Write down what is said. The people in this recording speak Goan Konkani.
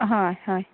हय हय